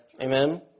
Amen